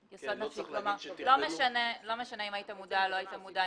לא משנה אם היית מודע או לא היית מודע,